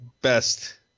best